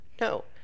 no